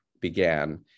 began